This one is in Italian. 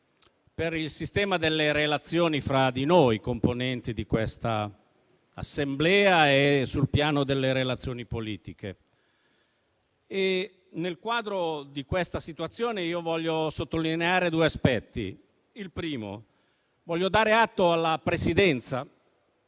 per il sistema delle relazioni fra di noi componenti di questa Assemblea e sul piano delle relazioni politiche. Nel quadro di questa situazione vorrei sottolineare due aspetti per quanto riguarda il primo aspetto, voglio dare atto alla Presidenza